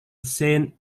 saint